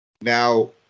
now